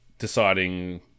deciding